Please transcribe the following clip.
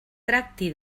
tracti